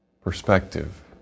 perspective